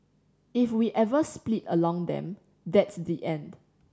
if we ever split along them that's the end